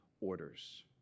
orders